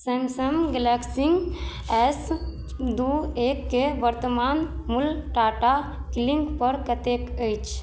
Samsung Galaxy S दू एक के वर्तमान मूल टाटा क्लिंकपर कतेक अछि